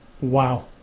Wow